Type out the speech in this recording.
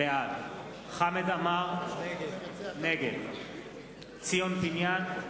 בעד חמד עמאר, נגד ציון פיניאן,